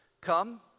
Come